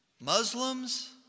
Muslims